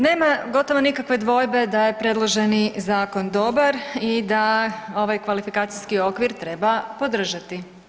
Nema gotovo nikakve dvojbe da je predloženi zakon dobar i da ovaj kvalifikacijski okvir treba podržati.